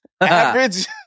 Average